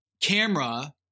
camera